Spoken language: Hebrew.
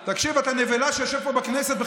תקשיב, אתה נבלה שיושבת פה בכנסת.